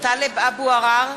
טלב אבו עראר,